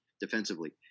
defensively